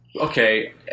Okay